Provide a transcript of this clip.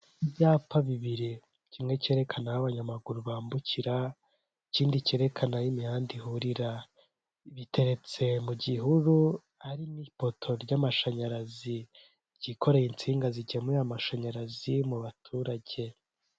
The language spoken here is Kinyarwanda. Inzu nziza cyane iherereye mu mujyi wa kigali mu karere ka Nyarugenge ikorerwamo ibikorwa bitandukanye yaba inama abantu bashaka kuruhuka abantu bashaka kuharara mu gihe cy'iminsi mikeya ndetse n'ibindi bikorwa .